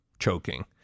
choking